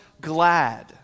glad